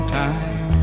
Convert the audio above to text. time